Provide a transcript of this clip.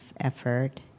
effort